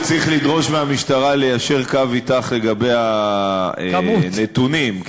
צריך לבקש מהמשטרה ליישר קו אתך לגבי הנתונים,